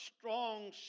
strong